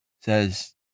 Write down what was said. says